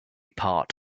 part